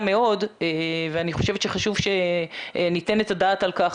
מאוד ואני חושבת שחשוב שניתן את הדעת על כך,